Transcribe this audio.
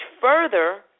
further